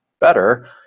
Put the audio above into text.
better